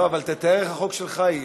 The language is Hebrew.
לא, אבל תתאר איך החוק שלך יהיה.